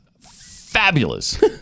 fabulous